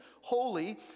holy